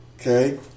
okay